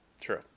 True